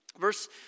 Verse